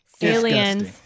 Aliens